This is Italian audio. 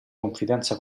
confidenza